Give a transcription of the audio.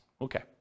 Okay